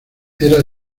era